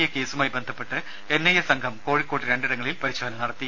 A കേസുമായി ബന്ധപ്പെട്ട് N I A സംഘം കോഴിക്കോട് രണ്ടിടങ്ങളിൽ പരിശോധന നടത്തി